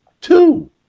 Two